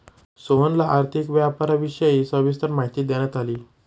सोहनला आर्थिक व्यापाराविषयी सविस्तर माहिती देण्यात आली